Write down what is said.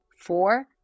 Four